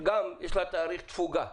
שגם יש לה תאריך תפוגה.